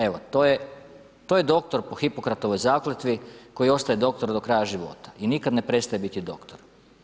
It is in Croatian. Evo, to je doktor po Hipokratovoj zakletvi koji ostaje doktor do kraja života i nikad ne prestaje biti doktor.